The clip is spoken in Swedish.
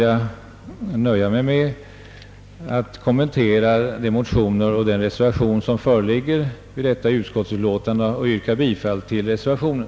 Jag nöjer mig med dessa kommentarer till de motioner och den reservation som föreligger vid detta utskottsutlåtande och yrkar bifall till reservationen.